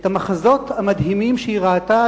את המחזות המדהימים שהיא ראתה.